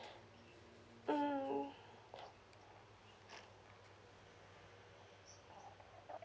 mm